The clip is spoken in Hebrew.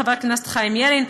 חבר הכנסת חיים ילין,